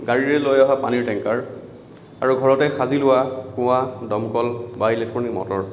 গাড়ীৰে লৈ অহা পানীৰ ট্ৰেংকাৰ আৰু ঘৰতে সাজি লোৱা কুঁৱা দমকল বা ইলেক্ট্ৰনিক মটৰ